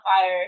fire